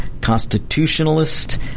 constitutionalist